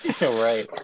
right